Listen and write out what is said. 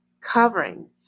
covering